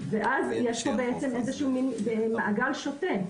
ואז יש פה בעצם איזשהו מין מעגל שוטף,